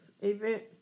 event